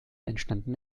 entstanden